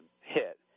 hit